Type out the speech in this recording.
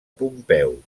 pompeu